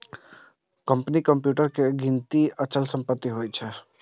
कंपनीक कंप्यूटर के गिनती अचल संपत्ति मे होइ छै